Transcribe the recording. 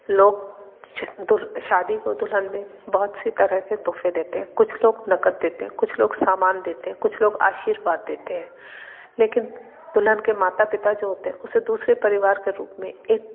लोग दूर शादी को दुल्हन में बहुत से तरह के तोहफ़े देते हैं कुछ लोग नगद देते हैं कुछ लोग सामान देते हैं कुछ लोग आशीर्वाद देते हैं लेकिन दुल्हन के माता पिता जो होते हैं उसे दूसरे परिवार के रूप में एक